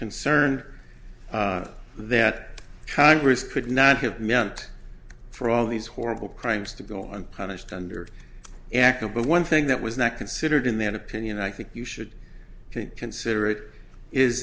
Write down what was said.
concerned that congress could not have meant for all of these horrible crimes to go unpunished under aca but one thing that was not considered in that opinion i think you should consider it is